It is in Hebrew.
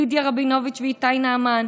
לידיה רבינוביץ' ואיתי נעמן,